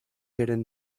eren